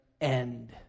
end